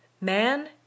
Man